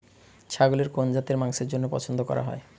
ছাগলের কোন জাতের মাংসের জন্য পছন্দ করা হয়?